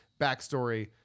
backstory